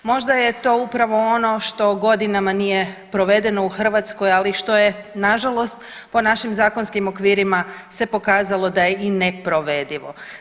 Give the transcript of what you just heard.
Možda je to upravo ono što godinama nije provedeno u Hrvatskoj ali što je na žalost po našim zakonskim okvirima se pokazalo da je i neprovedivo?